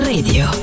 Radio